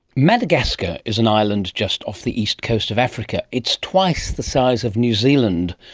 madagascar is an island just off the east coast of africa. it's twice the size of new zealand,